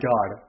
God